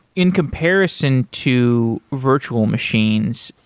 in comparison to virtual machines,